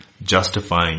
justifying